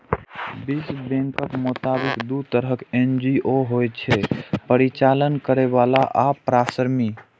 विश्व बैंकक मोताबिक, दू तरहक एन.जी.ओ होइ छै, परिचालन करैबला आ परामर्शी